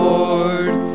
Lord